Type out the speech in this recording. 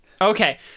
Okay